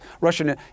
Russian